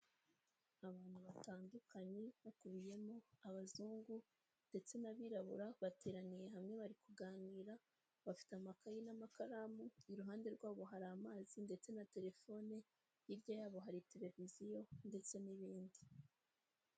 Abantu batandukanye bakubiyemo abazungu ndetse n'abirabura, bateraniye hamwe bari kuganira bafite amakayeyi n'amakaramu, iruhande rwabo hari amazi ndetse na telefone, hirya yabo hari televiziyo ndetse n'ibindi.